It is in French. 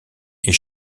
est